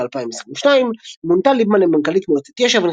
באוקטובר 2022 מונתה ליבמן למנכ"לית מועצת יש"ע,